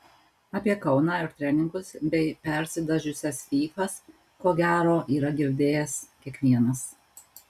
apie kauną ir treningus bei persidažiusias fyfas ko gero yra girdėjęs kiekvienas